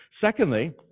Secondly